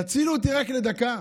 תצילו אותי רק לדקה,